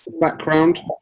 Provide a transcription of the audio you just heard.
background